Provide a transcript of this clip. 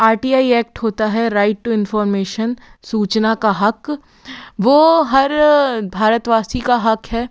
are T I act होता है right to information सूचना का हक वो हर भारतवासी का हक है